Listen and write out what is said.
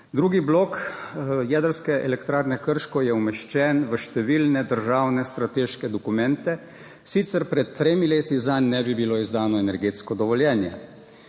Drugi blok jedrske elektrarne Krško je umeščen v številne državne strateške dokumente sicer pred tremi leti zanj ne bi bilo izdano energetsko dovoljenje?